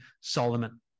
Solomon